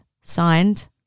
Signed